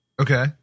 Okay